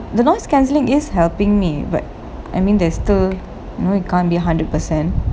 the noise cancelling is helping me but I mean there's still you know we can't be hundred percent